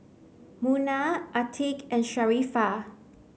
Munah Atiqah and Sharifah